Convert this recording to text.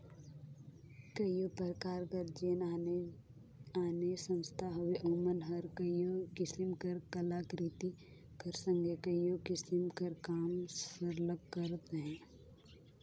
कइयो परकार कर जेन आने आने संस्था हवें ओमन हर कइयो किसिम कर कलाकृति कर संघे कइयो किसिम कर काम सरलग करत अहें